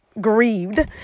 grieved